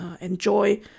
enjoy